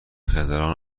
خیزران